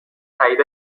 تایید